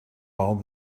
all